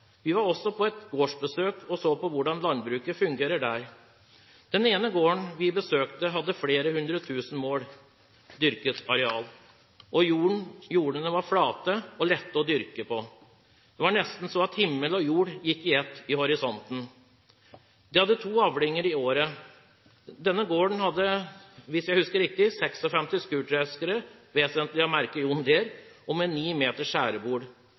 Vi var også på gårdsbesøk og så på hvordan landbruket fungerer der. Den ene gården vi besøkte, hadde flere hundre tusen mål dyrket areal. Jordene var flate og lette å dyrke på. Det var nesten slik at himmel og jord gikk i ett i horisonten. De fikk to avlinger i året. Denne gården hadde – hvis jeg husker riktig – 56 skurtreskere, vesentlig av merket John Deere, med ni meter langt skjærebord.